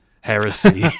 heresy